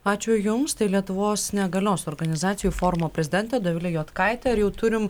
ačiū jums tai lietuvos negalios organizacijų forumo prezidentė dovilė juodkaitė ir jau turim